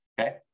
Okay